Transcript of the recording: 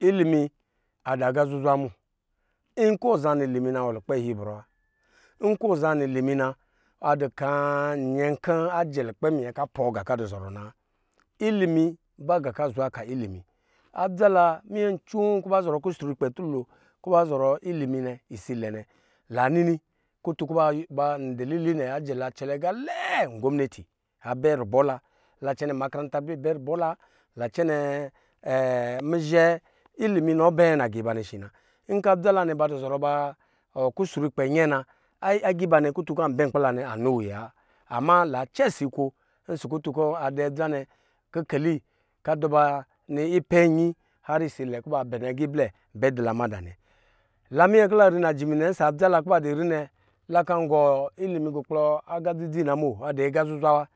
Ilimi adɔ aga zuzwa mu nkɔ ɔzaa lilimi na ɔdɔ lukpɛ ayiibrɔ wa, nkɔ ɔ zaa lini mi na adɔ kaa nyɛ nkɔ ajɛ likpɛ minyɛ kɔ a pɔɔ nga kɔ adɔ zɔrɔ na wa, ilimi ba nga kɔ azwa ka ilimi adza la mmyɛ neoo kɔ ba zɔrɔ kusrukpɛ tulo kɔ ba zɔrɔ ilimi nɛ isa ilɛ la nini kutun kɔ ndilili ba isa ilɛ nɛ la cɛnɛ aga lɛɛ ngomineti abɛ rubɔ la, la cɛnɛ ma karanta ablɛ bɛ rubɔ la le cɛnɛ nuzhɛ, ilimi nɔ bɛ laqa ba nɛ shi na nkɔ adza la nɛ ba du zɔrɔ ba kusru kpɛ nyɛɛ na aga ibanɛ kutu kɔ ambɛ nkpi la nɛ anɔ wuya wa ama la cɛ si nko ɔsɔ kutun kɔ adɔ adz a nɛ kikeli kɔ aduba nɔ ipɛnyi har isa ilɛ nɛ ha kɔ ba bɛnɛ agi blɛ bɛ dɔ la mada nɛ la mmyɛ kɔ la ri najimi nɛ ɔsɔ adza la kɔ ba rinɛ la kan gɔ ili mi gɔ kplɔ aga dzi dzi na bo adu aga zuzwa wa